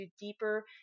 deeper